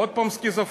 עוד פעם סכיזופרניה.